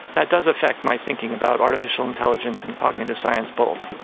that does affect my thinking about artificial intelligence and cognitive science both.